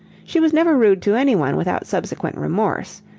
she was never rude to anyone, without subsequent remorse.